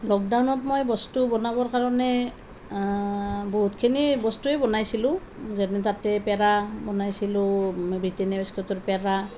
লকডাউনত মই বস্তু বনাবৰ কাৰণে বহুতখিনি বস্তুৱেই বনাইছিলোঁ যেনে তাতে পেৰা বনাইছিলোঁ ব্ৰিটানিয়া বিস্কুটৰ পেৰা